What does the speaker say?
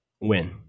win